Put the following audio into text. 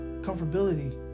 comfortability